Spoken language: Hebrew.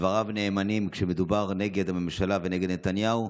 דבריו נאמנים כשמדובר נגד הממשלה ונגד נתניהו,